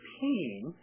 pain